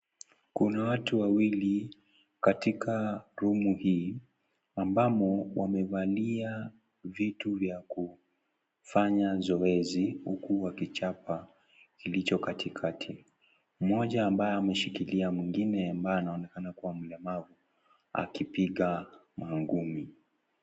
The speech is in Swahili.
Kuna watu wawili katika rumu hii ambamo wamevalia vitu vya kufanya zoezi huku wakichapa kilicho katikati mmoja ambaye ameshikilia mwingine ambaye anaonekana kuwa mlemavu akipiga mangumi.